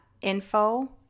info